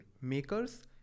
makers